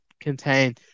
contain